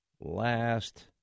last